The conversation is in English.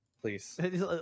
Please